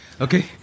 Okay